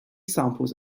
samples